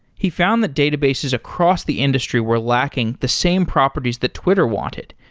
he found the databases across the industry were lacking the same properties that twitter wanted,